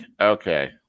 Okay